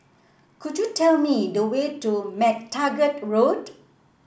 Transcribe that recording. could you tell me the way to MacTaggart Road